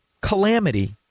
calamity